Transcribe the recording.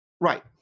right